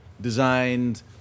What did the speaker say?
designed